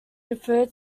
referred